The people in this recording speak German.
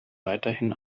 weiterhin